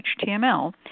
html